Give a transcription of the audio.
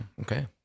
okay